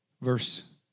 Verse